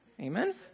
Amen